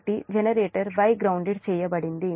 కాబట్టి generator Y grounded చేయబడింది